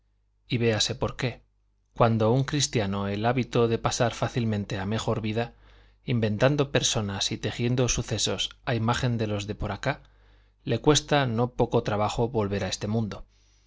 y véase por qué cuando un cristiano el hábito de pasar fácilmente a mejor vida inventando personas y tejiendo sucesos a imagen de los de por acá le cuesta no poco trabajo volver a este mundo